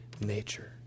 nature